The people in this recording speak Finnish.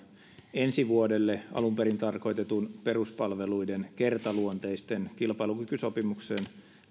ensi vuodelle alun perin tarkoitetun peruspalveluiden kertaluonteisen kilpailukykysopimuksen